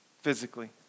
Physically